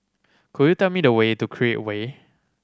could you tell me the way to Create Way